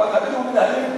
אבל הבדואים מנהלים,